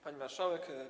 Pani Marszałek!